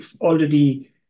already